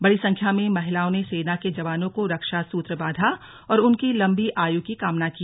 बड़ी संख्या में महिलाओं ने सेना के जवानों को रक्षा सूत्र बांधा और उनकी लम्बी आयु की कामना की